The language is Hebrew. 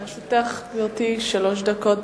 לרשותך, גברתי, שלוש דקות.